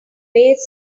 cafe